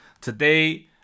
Today